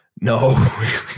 No